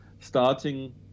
starting